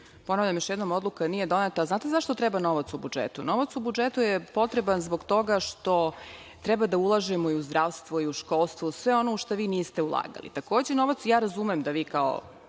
Ponavljam još jednom, odluka nije doneta. Znate zašto treba novac u budžetu? Novac u budžetu je potreban zbog toga što treba da ulažemo u zdravstvo, u školstvo, u sve ono u šta vi niste ulagali. Ja razumem da vi, mada